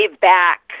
back